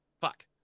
fuck